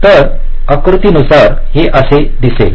तर आकृत्यानुसार हे आसे दिसेल